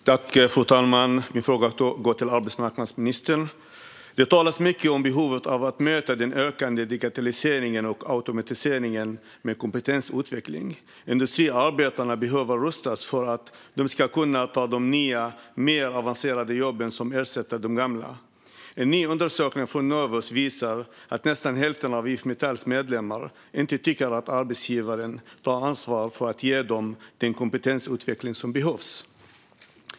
Fru talman! Min fråga går till arbetsmarknadsministern. Det talas mycket om behovet av att möta den ökande digitaliseringen och automatiseringen med kompetensutveckling. Industriarbetarna behöver rustas för att de ska kunna ta de nya och mer avancerade jobb som ersätter de gamla. En ny undersökning från Novus visar att nästan hälften av IF Metalls medlemmar inte tycker att arbetsgivaren tar ansvar för att ge dem den kompetensutveckling som behövs.